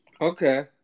Okay